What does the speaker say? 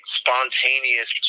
spontaneous